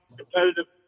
competitive